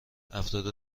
افراد